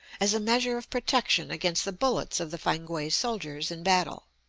as a measure of protection against the bullets of the fankwae soldiers in battle.